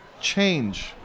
change